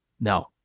no